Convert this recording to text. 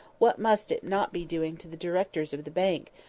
what must it not be doing to the directors of the bank,